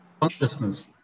Consciousness